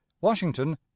Washington